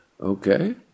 Okay